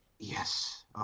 Yes